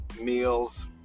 meals